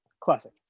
Classic